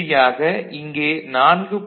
இறுதியாக இங்கே 4